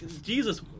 Jesus